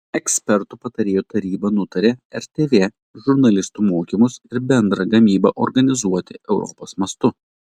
ekspertų patarėjų taryba nutarė rtv žurnalistų mokymus ir bendrą gamybą organizuoti europos mastu